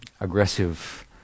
aggressive